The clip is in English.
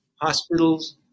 hospitals